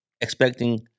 expecting